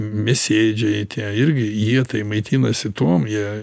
mėsėdžiai tie irgi jie tai maitinasi tuom jie